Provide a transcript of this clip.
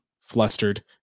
flustered